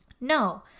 No